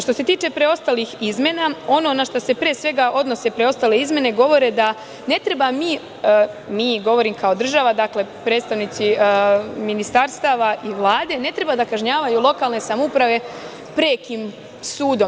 Što se tiče preostalih izmena, ono našta se, pre svega, odnose preostale izmene, govore da ne treba mi, govorim kao država, dakle predstavnici ministarstava i Vlade, ne treba da kažnjavaju lokalne samouprave prekim sudom.